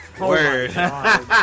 Word